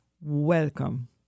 Welcome